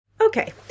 Okay